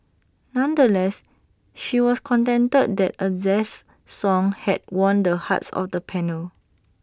nonetheless she was contented that A jazz song had won the hearts of the panel